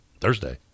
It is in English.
Thursday